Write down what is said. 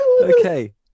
okay